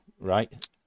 right